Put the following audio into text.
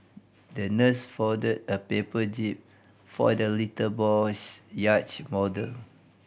the nurse folded a paper jib for the little boy's yacht model